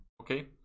Okay